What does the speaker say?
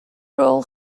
rôl